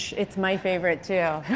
it's my favorite, too.